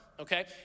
Okay